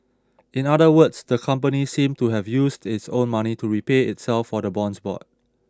in other words the company seem to have used its own money to repay itself for the bonds bought